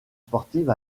sportive